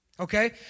Okay